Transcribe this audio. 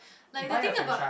like the thing about